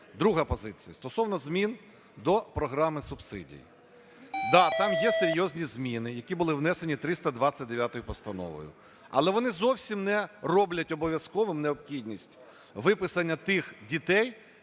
Друга позиція стосовно змін до програми субсидій. Да, там є серйозні зміни, які були внесені 329 постановою, але вони зовсім не роблять обов'язковою необхідність виписання тих дітей,